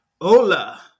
Hola